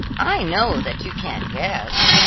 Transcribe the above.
i know that you can't guess.